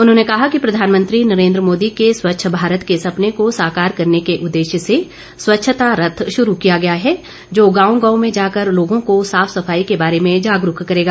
उन्होंने कहा कि प्रधानमंत्री नरेन्द्र मोदी के स्वच्छ भारत के सपने को साकार करने के उद्देश्य से स्वच्छता रथ शुरू किया गया है जो गांव गांव में जाकर लोगों को साफ सफाई के बारे में जागरूक करेगा